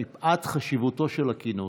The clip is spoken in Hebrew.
מפאת חשיבותו של הכינוס.